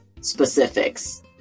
specifics